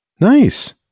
Nice